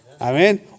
Amen